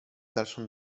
dalszą